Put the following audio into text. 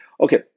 okay